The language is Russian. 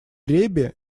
ребе